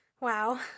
Wow